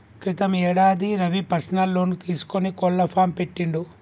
క్రితం యేడాది Ravi personal loan తీసుకొని కోళ్ల ఫాం పెట్టిండు